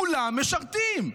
כולם משרתים.